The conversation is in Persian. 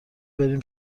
بریم